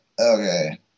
okay